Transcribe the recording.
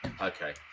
Okay